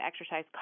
exercise